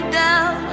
down